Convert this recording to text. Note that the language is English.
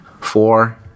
Four